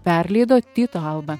perleido tyto alba